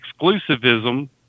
exclusivism